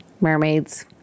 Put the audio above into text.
mermaids